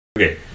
Okay